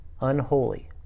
unholy